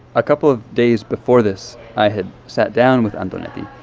ah couple of days before this, i had sat down with antonetty.